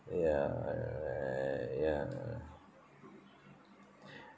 ya uh ya